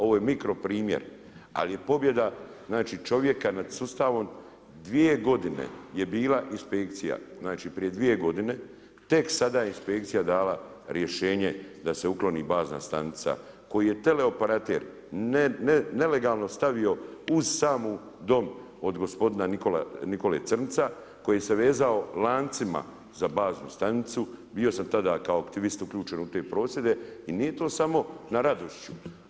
Ovo je mikro primjer ali je pobjeda čovjeka nad sustavom, 2 godine je bila inspekcija, znači prije 2 godine, tek sada je inspekcija dala rješenje da se ukloni bazna stanica koju je teleoperater nelegalno stavio uz sam dom od gospodina Nikole Crnca, koji se vezano lancima za baznu stanicu, bio sam tada kao aktivist uključen u te prosvjede i nije to samo na Radošiću.